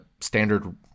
standard